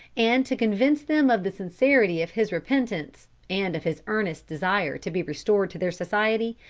and to convince them of the sincerity of his repentance, and of his earnest desire to be restored to their society,